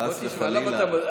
חס וחלילה.